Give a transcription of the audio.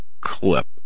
clip